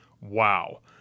Wow